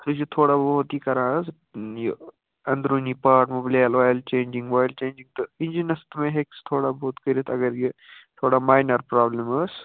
سُہ چھِ تھوڑا کران حظ یہِ اندروٗنی پارٹ مُبلیل اۄیِل چینجِگ وایِل چینجِگ تہٕ اِنٛجِنَس تہِ ہٮ۪کہِ سُہ تھوڑا بہت کٔرِتھ اگر یہِ تھوڑا مایِنَر پرابلِم ٲس